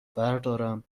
بردارم